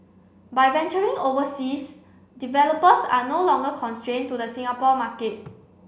by venturing overseas developers are no longer constrained to the Singapore market